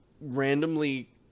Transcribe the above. randomly